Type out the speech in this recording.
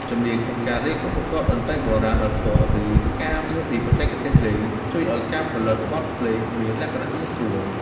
ជំនាញក្នុងការលេងឧបករណ៍តន្ត្រីបុរាណដោយផ្ទាល់ ឬការយល់ពីបច្ចេកទេសលេង ជួយឱ្យការផលិតបទភ្លេងមានលក្ខណៈងាយស្រួល។